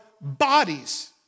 bodies